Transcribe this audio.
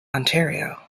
ontario